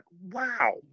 Wow